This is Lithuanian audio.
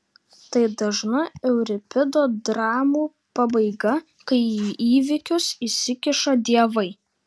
tai dažna euripido dramų pabaiga kai į įvykius įsikiša dievai